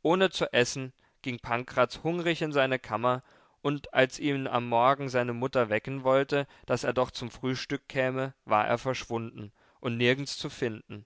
ohne zu essen ging pankraz hungrig in seine kammer und als ihn am morgen seine mutter wecken wollte daß er doch zum frühstück käme war er verschwunden und nirgends zu finden